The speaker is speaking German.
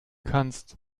kannst